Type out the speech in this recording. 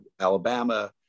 Alabama